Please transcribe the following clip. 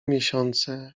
miesiące